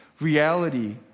reality